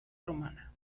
romana